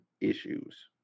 issues